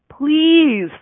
please